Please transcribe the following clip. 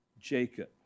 Jacob